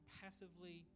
passively